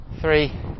Three